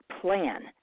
plan